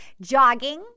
Jogging